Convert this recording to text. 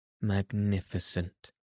magnificent